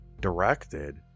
directed